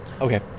Okay